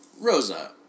Rosa